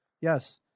Yes